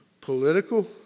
political